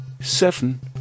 seven